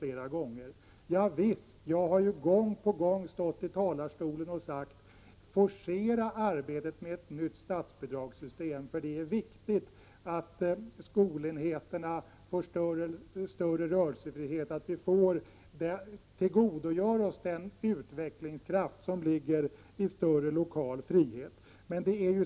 Javisst, jag har gång på gång stått i talarstolen och sagt att arbetet med ett nytt statsbidragssystem bör forceras. Det är viktigt att skolenheterna får större rörelsefrihet och att vi tillgodogör oss den utvecklingskraft som ligger i en större lokal frihet.